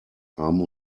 arm